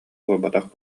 буолбатах